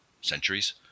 centuries